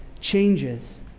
changes